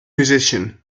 musician